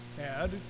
add